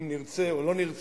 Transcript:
אם נרצה או לא נרצה,